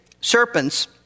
serpents